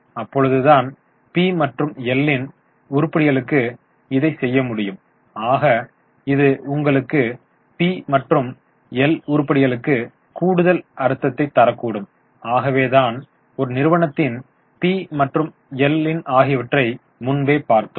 அப்பொழுதுதான் பி மற்றும் எல் ன் உருப்படிகளுக்கு இதைச் செய்ய முடியும் ஆக இது உங்களுக்கு பி மற்றும் எல் உருப்படிகளுக்கு கூடுதல் அர்த்தத்தைத் தரக்கூடும் ஆகவே தான் ஒரு நிறுவனத்தின் பி மற்றும் எல் ஆகியவற்றை முன்பே பார்த்தோம்